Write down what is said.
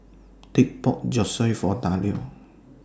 Dick bought Zosui For Dario